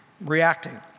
reacting